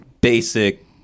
basic